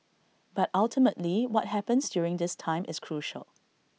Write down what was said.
but ultimately what happens during this time is crucial